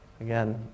Again